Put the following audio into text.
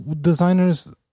designers